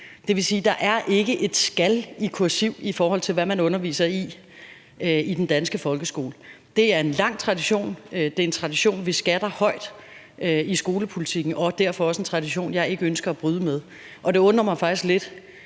Det vil sige, at der ikke er et »skal«, i forhold til hvad man underviser i i den danske folkeskole. Det er der en lang tradition for, og det er en tradition, vi skatter højt i skolepolitikken, og det er derfor også en tradition, jeg ikke ønsker at bryde med. Og det undrer mig faktisk lidt,